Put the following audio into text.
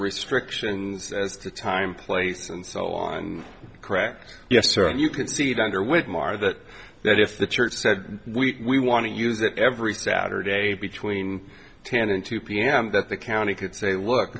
restrictions as to time place and so on correct yes sir and you can see it under with mar that that if the church said we want to use it every saturday between ten and two pm that the county could say look